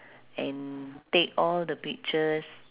and take all the pictures